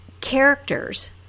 characters